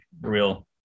real